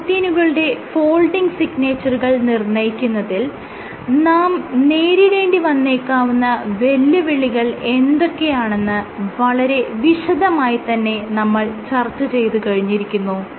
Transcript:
പ്രോട്ടീനുകളുടെ ഫോൾഡിങ് സിഗ്നേച്ചറുകൾ നിർണ്ണയിക്കുന്നതിൽ നാം നേരിടേണ്ടി വന്നേക്കാവുന്ന വെല്ലുവിളികൾ എന്തൊക്കെയാണെന്ന് വളരെ വിശദമായി തന്നെ നമ്മൾ ചർച്ച ചെയ്തുകഴിഞ്ഞിരിക്കുന്നു